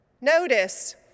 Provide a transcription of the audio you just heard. Notice